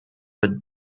but